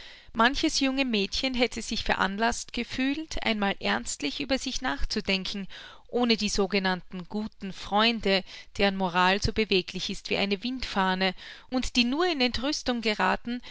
manches junge mädchen hätte sich veranlaßt gefühlt einmal ernstlich über sich nachzudenken ohne die sogenannten guten freunde deren moral so beweglich ist wie eine windfahne und die nur in entrüstung gerathen